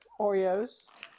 Oreos